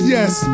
Yes